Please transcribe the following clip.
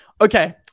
Okay